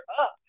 up